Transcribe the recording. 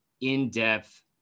in-depth